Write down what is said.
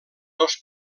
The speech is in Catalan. dos